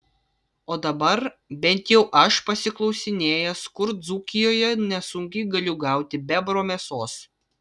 o dabar bent jau aš pasiklausinėjęs kur dzūkijoje nesunkiai galiu gauti bebro mėsos